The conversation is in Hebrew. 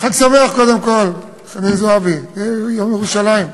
חג שמח, קודם כול, חברת הכנסת זועבי, יום ירושלים.